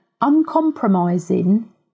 uncompromising